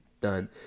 done